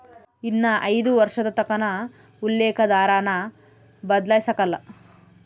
ಇನ್ನ ಐದು ವರ್ಷದತಕನ ಉಲ್ಲೇಕ ದರಾನ ಬದ್ಲಾಯ್ಸಕಲ್ಲ